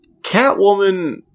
Catwoman